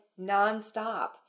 nonstop